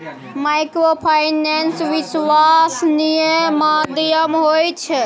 Microfinance विश्वासनीय माध्यम होय छै?